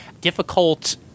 difficult